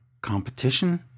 competition